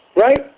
right